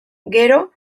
gero